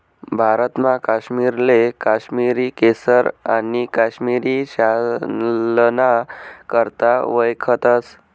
भारतमा काश्मीरले काश्मिरी केसर आणि काश्मिरी शालना करता वयखतस